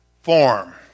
form